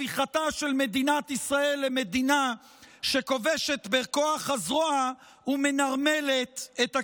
הפיכתה של מדינת ישראל למדינה שכובשת בכוח הזרוע ומנרמלת את הכיבוש.